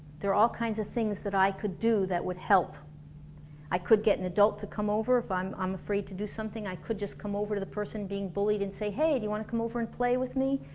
there are all kinds of things that i could do that would help i could get an adult to come over if i'm um afraid to do something, i could just come over to the person being bullied and say, hey, do you wanna come over and play with me?